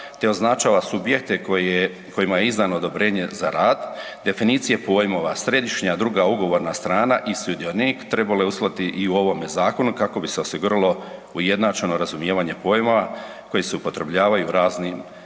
te označava subjekte kojima je izdano odobrenje za rad, definicije pojmova središnja druga ugovorna strana i sudionik trebalo je uskladiti i u ovome zakonu kako bi se osiguralo ujednačeno razumijevanje pojmova koji se upotrebljavaju u raznim pravnim